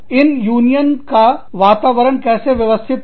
इन union का वातावरण कैसे व्यवस्थित है